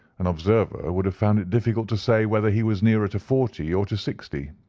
an observer would have found it difficult to say whether he was nearer to forty or to sixty.